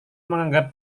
menganggap